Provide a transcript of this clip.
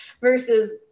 versus